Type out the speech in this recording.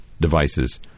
devices